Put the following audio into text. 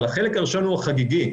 אבל החלק הראשון הוא חגיגי,